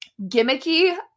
gimmicky